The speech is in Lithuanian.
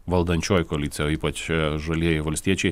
valdančioji koalicija o ypač žalieji valstiečiai